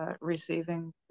receiving